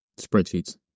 Spreadsheets